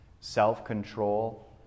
self-control